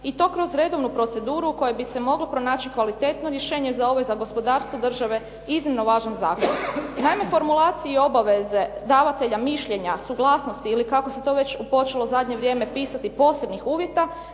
i to kroz redovnu proceduru u kojoj bi se moglo pronaći kvalitetno rješenje za ovo i za gospodarstvo države iznimno važan zakon. Naime, formulaciji i obaveze davatelja mišljenja, suglasnosti ili kako se to već počelo u zadnje vrijeme pisati posebnih uvjeta,